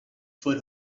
for